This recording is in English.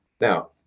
Now